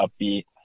upbeat